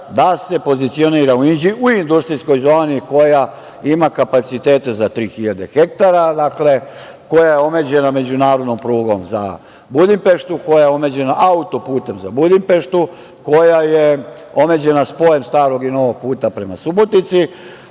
da se pozicionira u industrijskoj zoni koja ima kapacitete za tri hiljade hektara, koja je omeđena međunarodnom prugom za Budimpeštu, koja je omeđena autoputem za Budimpeštu, koja je omeđena spojem starog i novog puta prema Subotici.